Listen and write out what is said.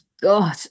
God